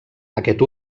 aquest